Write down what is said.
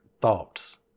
thoughts